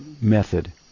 method